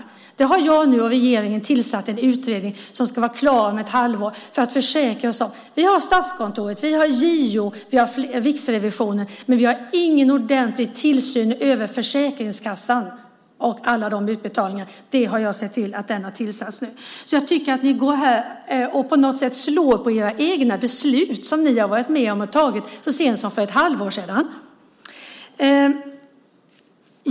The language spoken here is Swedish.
För att försäkra oss om detta har jag och regeringen tillsatt en utredning som ska vara klar om ett halvår. Vi har Statskontoret, JO och Riksrevisionen, men vi har ingen ordentlig tillsyn över Försäkringskassan och alla dess utbetalningar. Jag har sett till att det har tillsatts en sådan utredning nu. Jag tycker att ni slår på era egna beslut som ni var med om att ta så sent som för ett halvår sedan.